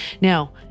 Now